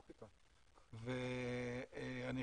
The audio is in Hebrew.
אנחנו